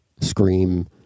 scream